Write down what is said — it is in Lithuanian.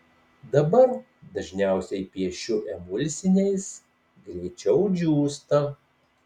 dabar dažniausiai piešiu emulsiniais greičiau džiūsta